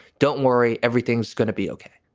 don't worry, everything's going to be ok